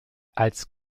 als